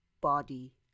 body